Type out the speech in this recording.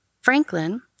Franklin